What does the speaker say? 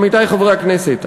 עמיתי חברי הכנסת,